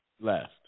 last